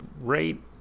rate